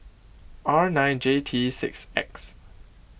R nine J T six X